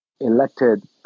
elected